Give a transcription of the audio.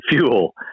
fuel